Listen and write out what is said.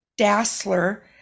Dassler